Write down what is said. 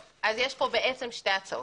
אז יש פה בעצם שתי הצעות.